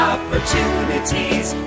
Opportunities